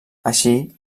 així